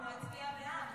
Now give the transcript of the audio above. אנחנו נצביע בעד,